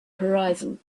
horizon